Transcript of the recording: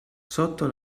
sotto